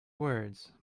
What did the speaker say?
words